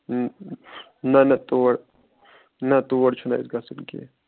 نہ نہ تور نہ تور چھُنہٕ اَسہِ گَژھُن کیٚنٛہہ